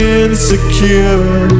insecure